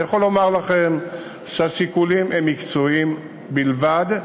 אני יכול לומר לכם שהשיקולים הם מקצועיים בלבד,